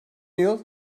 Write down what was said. yıl